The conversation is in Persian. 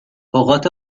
اوقات